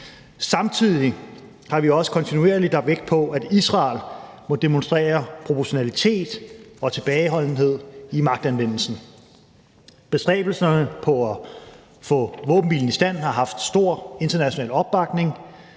Samtidig har vi også kontinuerligt lagt vægt på, at Israel må demonstrere proportionalitet og tilbageholdenhed i magtanvendelsen. Bestræbelserne på at få våbenhvilen i stand har haft stor international opbakning.